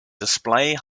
display